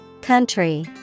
Country